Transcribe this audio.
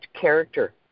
character